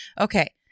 Okay